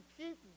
keep